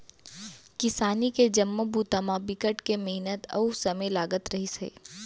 किसानी के जम्मो बूता म बिकट के मिहनत अउ समे लगत रहिस हे